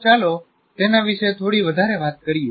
ચાલો તેના વિશે થોડી વધારે વાત કરીએ